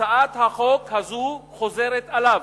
הצעת החוק הזאת חוזרת עליו.